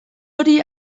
hori